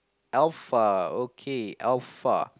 Alpha okay Alpha